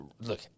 look